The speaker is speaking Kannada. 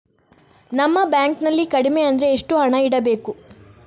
ನಮ್ಮ ಬ್ಯಾಂಕ್ ನಲ್ಲಿ ಕಡಿಮೆ ಅಂದ್ರೆ ಎಷ್ಟು ಹಣ ಇಡಬೇಕು?